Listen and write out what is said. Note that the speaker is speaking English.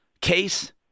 case